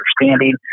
understanding